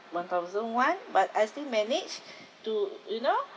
one thousand one but I still managed to you know